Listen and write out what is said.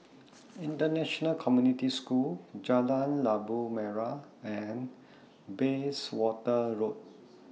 International Community School Jalan Labu Merah and Bayswater Road